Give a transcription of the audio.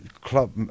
club